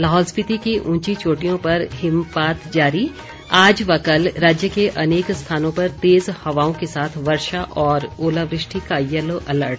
लाहौल स्पीति की ऊंची चोटियों पर हिमपात जारी आज व कल राज्य के अनेक स्थानों पर तेज हवाओं के साथ वर्षा और ओलावृष्टि का यलो अलर्ट